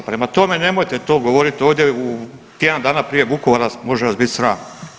Prema tome, nemojte to govorit ovdje u tjedan dana prije Vukovar smo, može vas biti sram.